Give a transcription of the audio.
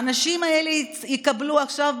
האנשים האלה יקבלו עכשיו,